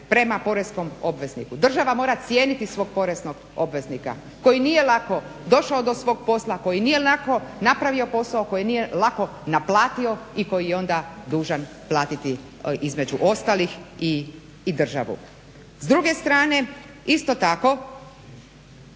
prema poreskom obvezniku. Država mora cijeniti svog poreznog obveznika, koji nije lako došao do svog posla, koji nije lako napravio posao, koji nije lako naplatio i koji je onda dužan platiti između ostalih i državu. S druge strane, isto tako